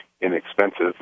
inexpensive